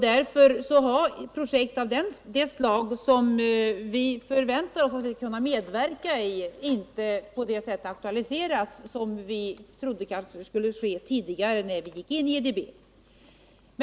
Därför har projekt av det slag som vi förväntade oss kunna medverka i ännu inte aktualiserats på det sätt vi tidigare trodde.